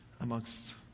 amongst